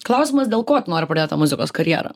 klausimas dėl ko tu nori pradėt tą muzikos karjerą